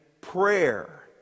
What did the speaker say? prayer